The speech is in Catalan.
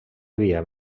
havia